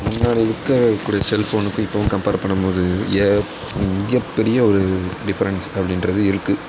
முன்னாடி இருக்கக்கூடிய செல்ஃபோனுக்கும் இப்போவும் கம்பேர் பண்ணும்போது ஏப் மிகப்பெரிய ஒரு டிஃப்ரென்ட்ஸ் அப்படின்றது இருக்குது